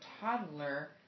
toddler